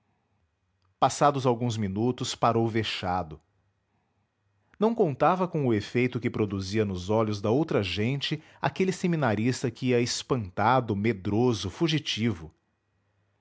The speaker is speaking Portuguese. passados alguns minutos parou vexado não contava com o efeito que produzia nos olhos da outra gente aquele seminarista que ia espantado medroso fugitivo